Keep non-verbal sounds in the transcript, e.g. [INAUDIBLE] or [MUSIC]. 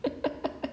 [NOISE]